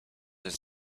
have